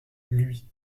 lui